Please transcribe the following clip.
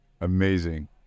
Amazing